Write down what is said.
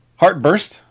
Heartburst